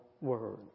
word